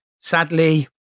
sadly